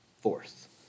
fourth